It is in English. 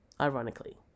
ironically